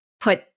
put